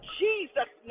jesus